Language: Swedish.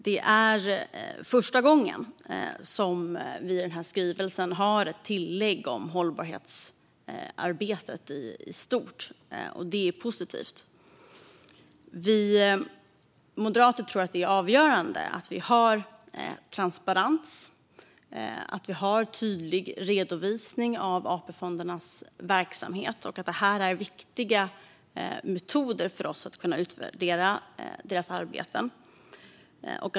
Detta är första gången som vi i den här skrivelsen har ett tillägg om hållbarhetsarbetet i stort. Det är positivt. Vi moderater tror att det är avgörande att vi har transparens och tydlig redovisning av APfondernas verksamhet. Detta är viktiga metoder för oss att utvärdera deras arbete.